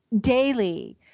daily